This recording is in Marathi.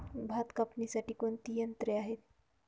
भात कापणीसाठी कोणते यंत्र आहे?